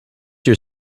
your